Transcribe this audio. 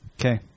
Okay